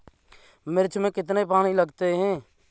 मिर्च में कितने पानी लगते हैं?